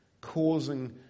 causing